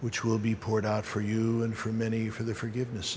which will be poured out for you and for many for the forgiveness